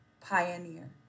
pioneer